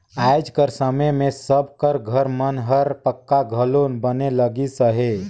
आएज कर समे मे सब कर घर मन हर पक्का घलो बने लगिस अहे